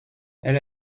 elle